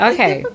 Okay